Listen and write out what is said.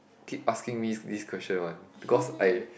keep asking me this question one because I